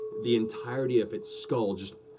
the entirety of its skull just